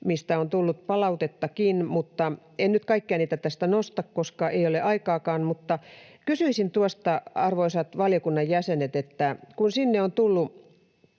mistä on tullut palautettakin. En nyt kaikkia niitä tästä nosta, koska ei ole aikaakaan. Mutta kysyisin tuosta, arvoisat valiokunnan jäsenet, että kakkospykälän